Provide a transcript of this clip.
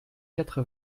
quatre